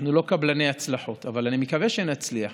אנחנו לא קבלני הצלחות, אבל אני מקווה שנצליח.